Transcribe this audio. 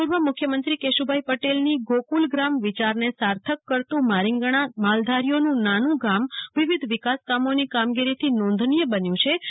પૂર્વ મુખ્યમંત્રી કેશુભાઇ પટેલની ગોકુલગ્રામ વિયારને સાર્થકકરતું મારીંગણા માલધારીઓનું નાનું ગામ વિવિધ વિકાસ કામોની કામગીરીથી નોંધનીય બન્યુંછે